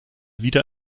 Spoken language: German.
wieder